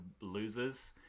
losers